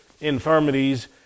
infirmities